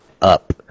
up